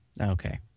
Okay